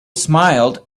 smiled